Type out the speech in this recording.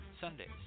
Sundays